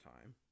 time